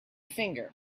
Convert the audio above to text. finger